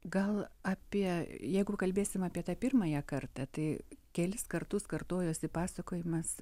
gal apie jeigu kalbėsim apie tą pirmąją kartą tai kelis kartus kartojosi pasakojimas